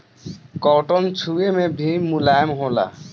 cotton छुवे मे भी मुलायम होला